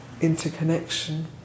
Interconnection